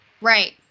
Right